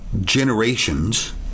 generations